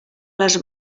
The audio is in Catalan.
les